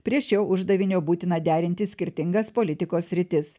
prie šio uždavinio būtina derinti skirtingas politikos sritis